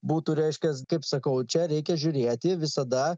būtų reiškias kaip sakau čia reikia žiūrėti visada